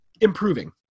improving